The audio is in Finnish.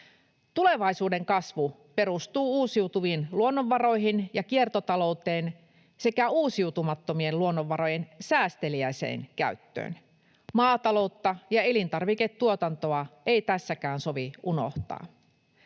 Tulevaisuuden kasvu perustuu uusiutuviin luonnonvaroihin ja kiertotalouteen sekä uusiutumattomien luonnonvarojen säästeliääseen käyttöön. Maataloutta ja elintarviketuotantoa ei tässäkään sovi unohtaa.